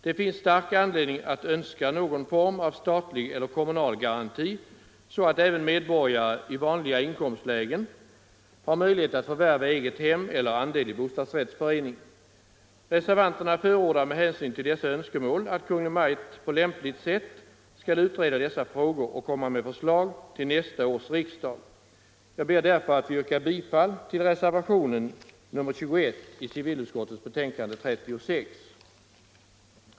Det finns stark anledning att önska någon form av statlig eller kommunal garanti så att även medborgare i vanliga inkomstlägen har möjlighet att förvärva eget hem eller andel i bostadsrättsförening. Reservanterna förordar med hänsyn till dessa önskemål att Kungl. Maj:t på lämpligt sätt skall utreda dessa frågor och komma med förslag till nästa års riksdag. Jag ber därför att få yrka bifall till reservationen 21 i civilutskottets betänkande nr 36.